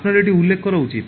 আপনার এটি উল্লেখ করা উচিত